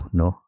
no